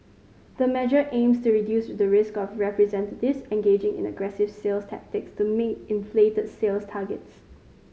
the measure aims to reduce the risk of representatives this engaging in aggressive sales tactics to meet inflated sales targets